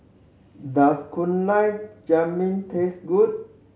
does Gulab Jamun taste good